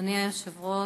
אדוני היושב-ראש,